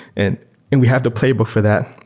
and and we have the playbook for that.